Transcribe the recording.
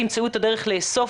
תמצאו את הדרך לאסוף,